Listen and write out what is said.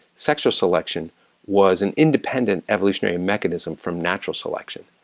sexual selection was an independent evolutionary mechanism from natural selection.